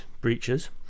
breaches